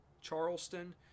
Charleston